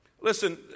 Listen